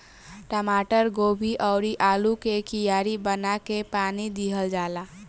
टमाटर, गोभी अउरी आलू के कियारी बना के पानी दिहल जाला